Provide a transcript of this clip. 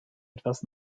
etwas